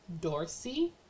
Dorsey